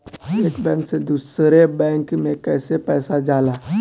एक बैंक से दूसरे बैंक में कैसे पैसा जाला?